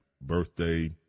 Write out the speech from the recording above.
birthday